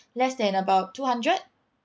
less than about two hundred